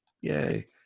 yay